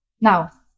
Now